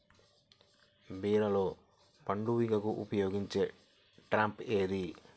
బీరలో పండు ఈగకు ఉపయోగించే ట్రాప్ ఏది?